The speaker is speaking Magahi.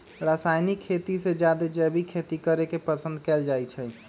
रासायनिक खेती से जादे जैविक खेती करे के पसंद कएल जाई छई